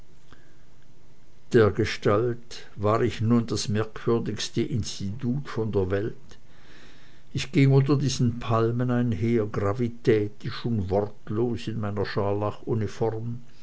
dergestalt war ich nun das merkwürdigste institut von der welt ich ging unter diesen palmen einher gravitätisch und wortlos in meiner scharlachuniform